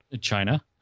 China